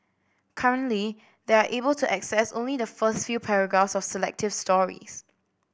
currently they are able to access only the first few paragraphs of selected stories